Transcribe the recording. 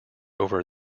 over